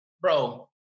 Bro